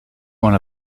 one